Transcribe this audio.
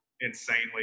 insanely